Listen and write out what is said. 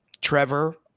Trevor